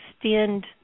extend